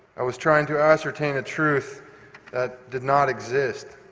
i was trying to ascertain a truth that did not exist.